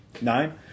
Nine